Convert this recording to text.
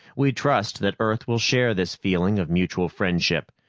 we trust that earth will share this feeling of mutual friendship.